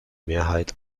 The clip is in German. mehrheit